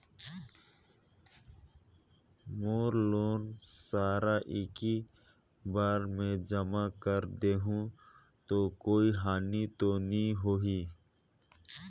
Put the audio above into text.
मोर loan सारा एकी बार मे जमा कर देहु तो कोई हानि तो नी होही?